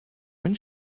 when